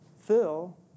Phil